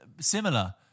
Similar